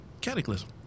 Cataclysm